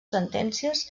sentències